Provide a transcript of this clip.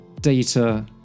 data